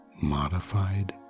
modified